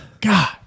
God